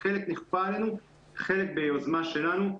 חלק נכפה עלינו וחלק ביוזמה שלנו.